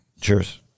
Cheers